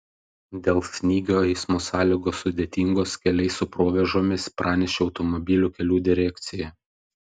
dėl snygio eismo sąlygos sudėtingos keliai su provėžomis pranešė automobilių kelių direkcija